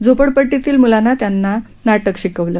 झोपडपट्टीतील मूलांना त्यांना नाटक शिकवलं